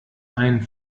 ein